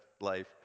life